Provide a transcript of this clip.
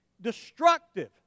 destructive